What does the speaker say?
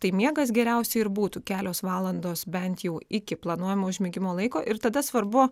tai miegas geriausiai ir būtų kelios valandos bent jau iki planuojamo užmigimo laiko ir tada svarbu